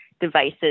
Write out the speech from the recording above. devices